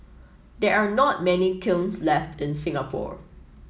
there are not many kiln left in Singapore